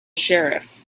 sheriff